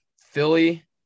Philly